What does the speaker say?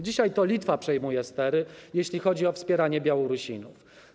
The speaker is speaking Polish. Dzisiaj to Litwa przejmuje stery, jeśli chodzi o wspieranie Białorusinów.